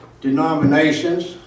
denominations